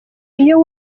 iyo